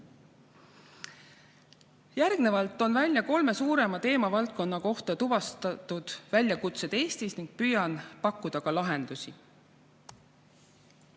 Järgnevalt toon välja kolme suurema teemavaldkonna kohta tuvastatud väljakutsed Eestis ning püüan pakkuda ka lahendusi.